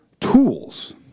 tools